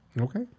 Okay